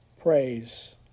praise